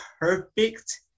perfect